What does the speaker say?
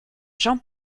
jean